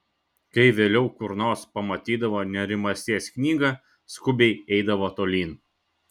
kai vėliau kur nors pamatydavo nerimasties knygą skubiai eidavo tolyn